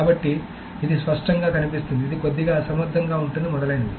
కాబట్టి ఇది స్పష్టంగా కనిపిస్తుంది ఇది కొద్దిగా అసమర్థంగా ఉంటుంది మొదలైనవి